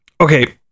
Okay